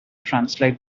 translate